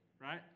right